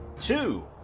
two